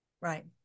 Right